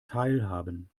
teilhaben